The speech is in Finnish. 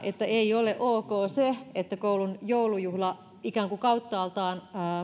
että ei ole ok se että koulun joulujuhla ikään kuin kauttaaltaan